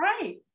Right